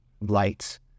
lights